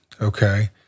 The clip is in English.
okay